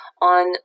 on